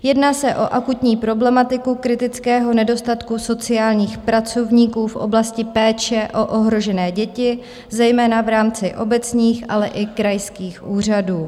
Jedná se o akutní problematiku kritického nedostatku sociálních pracovníků v oblasti péče o ohrožené děti, zejména v rámci obecních, ale i krajských úřadů.